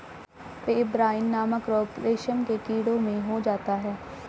pebrine नामक रोग रेशम के कीड़ों में हो जाता है